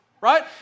Right